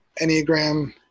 Enneagram